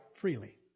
freely